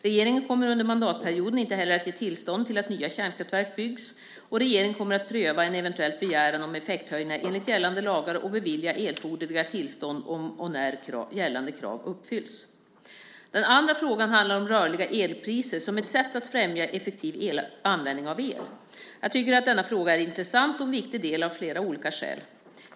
Regeringen kommer under mandatperioden inte heller att ge tillstånd till att nya kärnkraftverk byggs. Regeringen kommer att pröva en eventuell begäran om effekthöjningar enligt gällande lagar och bevilja erforderliga tillstånd om och när gällande krav uppfylls. Den andra frågan handlar om rörliga elpriser som ett sätt att främja effektiv användning av el. Jag tycker att denna fråga är intressant och viktig av flera olika skäl.